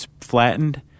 Flattened